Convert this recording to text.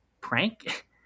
prank